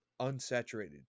unsaturated